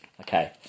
okay